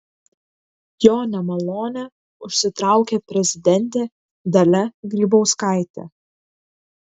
jo nemalonę užsitraukė prezidentė dalia grybauskaitė